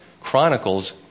chronicles